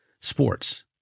Sports